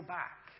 back